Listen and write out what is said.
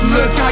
Look